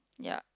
yeah